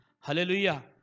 Hallelujah